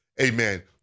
amen